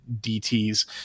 DTs